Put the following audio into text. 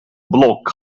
block